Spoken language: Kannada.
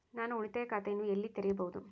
ನಾನು ಉಳಿತಾಯ ಖಾತೆಯನ್ನು ಎಲ್ಲಿ ತೆರೆಯಬಹುದು?